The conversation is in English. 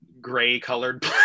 gray-colored